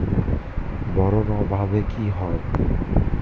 Boron অভাবে কি হয়?